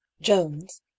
jones